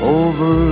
over